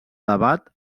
debat